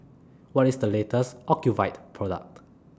What IS The latest Ocuvite Product